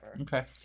Okay